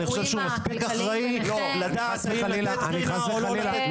אני חושב שהוא מספיק אחראי לדעת אם לתת קרינה או לא לתת קרינה.